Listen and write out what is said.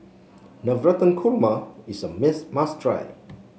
Navratan Korma is a miss must try